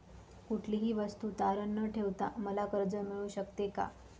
कुठलीही वस्तू तारण न ठेवता मला कर्ज मिळू शकते का?